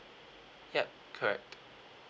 yup correct